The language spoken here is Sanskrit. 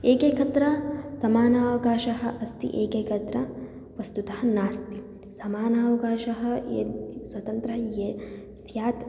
एकैकत्र समानावकाशः अस्ति एकैकत्र वस्तुतः नास्ति समानावकाशः यद् स्वतन्त्रं ये स्यात्